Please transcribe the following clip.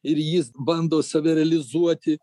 ir jis bando save realizuoti